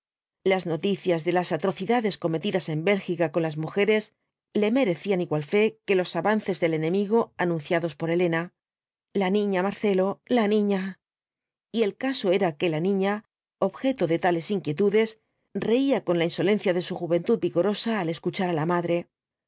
las noticias de las atrocidades cometidas en bélgica con las mujeres le merecían igual fe que los avances del enemigo anunciados por elena la niña marcelo la niña y el caso era que la niña objeto de tales inquietudes reía con la insolencia de su juventud vigorosa al escuchar á la madre